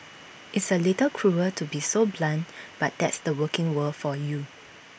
it's A little cruel to be so blunt but that's the working world for you